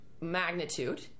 magnitude